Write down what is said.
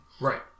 Right